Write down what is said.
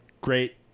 great